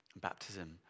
Baptism